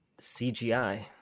CGI